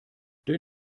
der